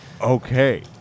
Okay